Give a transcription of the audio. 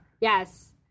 Yes